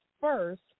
first